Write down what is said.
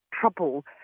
trouble